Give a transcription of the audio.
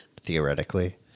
theoretically